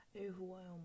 overwhelmed